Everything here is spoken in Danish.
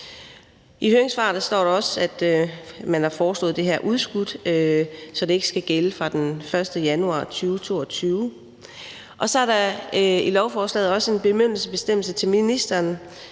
I høringssvarene står der også, at man har foreslået det her udskudt, så det ikke skal gælde fra den 1. januar 2022. Så er der i lovforslaget også en bemyndigelsesbestemmelse til ministeren,